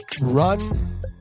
run